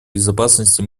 безопасности